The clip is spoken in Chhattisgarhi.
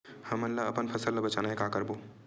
हमन ला अपन फसल ला बचाना हे का करबो?